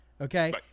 Okay